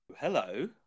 hello